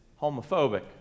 homophobic